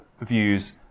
views